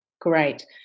great